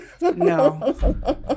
No